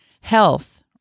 health